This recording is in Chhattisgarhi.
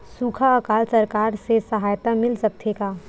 सुखा अकाल सरकार से सहायता मिल सकथे का?